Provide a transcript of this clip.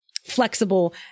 flexible